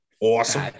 awesome